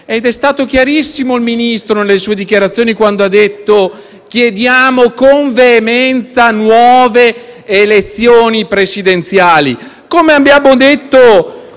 Ed è stato chiarissimo il Ministro nelle sue dichiarazioni quando ha detto che chiediamo con veemenza nuove elezioni presidenziali. Come abbiamo detto